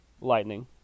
Lightning